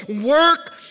work